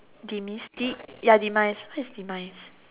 demise ya demise what is demise